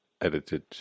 edited